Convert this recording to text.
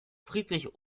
friedrich